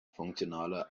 funktionaler